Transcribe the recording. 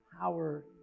power